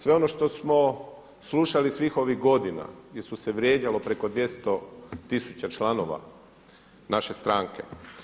Sve ono što smo slušali svih ovih godina gdje su se vrijeđalo preko 200 tisuća članova naše stranke.